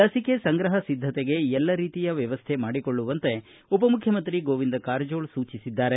ಲಸಿಕೆ ಸಂಗ್ರಹ ಸಿದ್ದತೆಗೆ ಎಲ್ಲ ರೀತಿಯ ವ್ಯವಸ್ಥೆ ಮಾಡಿಕೊಳ್ಳುವಂತೆ ಉಪ ಮುಖ್ಯಮಂತ್ರಿ ಗೋವಿಂದ ಕಾರಜೋಳ ಸೂಚಿಸಿದ್ದಾರೆ